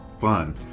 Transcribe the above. fun